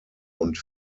und